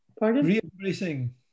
Re-embracing